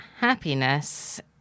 happiness